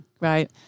right